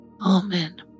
Amen